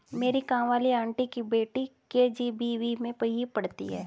मेरी काम वाली आंटी की बेटी के.जी.बी.वी में ही पढ़ती है